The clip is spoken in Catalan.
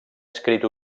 escrit